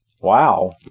Wow